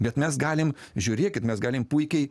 bet mes galim žiūrėkit mes galim puikiai